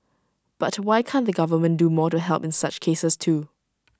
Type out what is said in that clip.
but why can't the government do more to help in such cases too